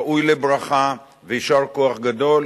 ראויה לברכה ויישר כוח גדול,